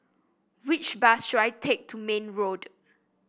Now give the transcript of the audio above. which bus should I take to Mayne Road